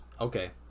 Okay